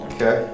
Okay